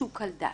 שהוא קל דעת.